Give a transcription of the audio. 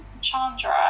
chandra